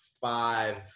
five